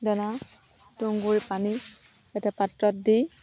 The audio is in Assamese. দানা তুঁহগুৰি পানীৰ এটা পাত্ৰত দি